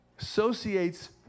associates